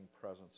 presence